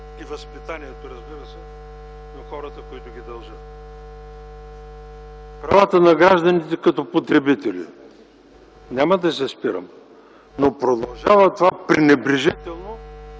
и възпитанието, разбира се, на хората, които го дължат. Правата на гражданите като потребители - няма да се спирам, но много често продължава това пренебрежително